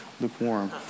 lukewarm